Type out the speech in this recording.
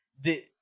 the-